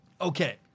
Okay